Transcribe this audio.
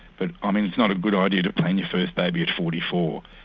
but um it's not a good idea to plan your first baby at forty four.